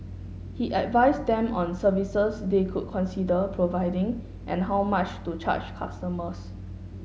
he advise them on services they could consider providing and how much to charge customers